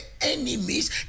enemies